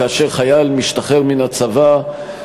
כאשר חייל משתחרר מהצבא,